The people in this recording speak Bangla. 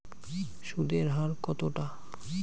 সুদের হার কতটা?